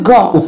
God